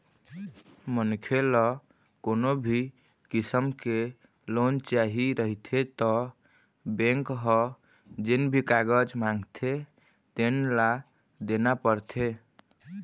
मनखे ल कोनो भी किसम के लोन चाही रहिथे त बेंक ह जेन भी कागज मांगथे तेन ल देना परथे